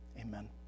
amen